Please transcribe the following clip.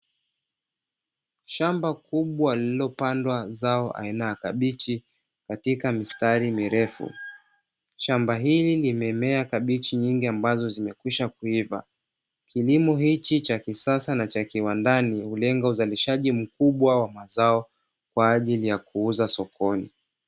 Shamba kubwa lililopandwa zao aina ya kabichi, katika mistari mirefu, Shamba hili limemea kabichi nyingi ambazo zimesha kwisha kuiva, Kilimo hichi cha kisasa na cha kiwandani, hulenga uzalishaji mkubwa wa mazao Kwa ajili ya kuuza sokoni.